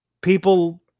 people